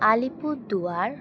Alipurduar